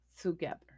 together